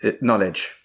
knowledge